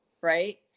right